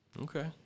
Okay